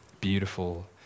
beautiful